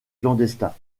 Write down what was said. clandestins